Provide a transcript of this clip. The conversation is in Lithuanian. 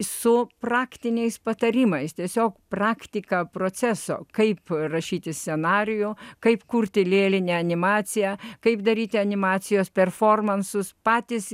su praktiniais patarimais tiesiog praktika proceso kaip rašyti scenarijų kaip kurti lėlinę animaciją kaip daryti animacijos performansus patys